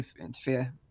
interfere